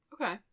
Okay